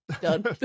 Done